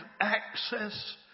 access